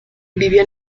vivió